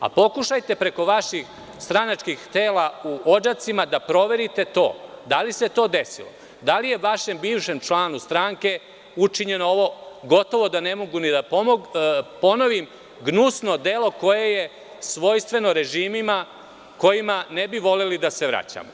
Pokušajte preko vaših stranačkih tela u Odžacima da proverite da li se to desilo, da li je vašem bivšem članu stranke učinjeno ovo, gotovo da ne mogu ni da ponovim, gnusno delo koje je svojstveno režimima kojima ne bi voleli da se vraćamo?